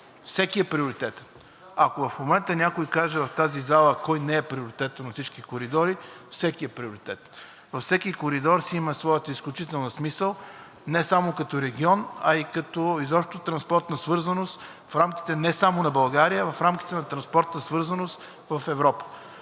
всеки е приоритетен, ако в момента някой каже в тази зала кой не е приоритетен от всички коридори – всеки е с приоритет. Всеки коридор си има своя изключителен смисъл не само като регион, а и изобщо като транспортна свързаност в рамките не само на България, а в рамките на транспортната свързаност в Европа.